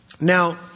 Now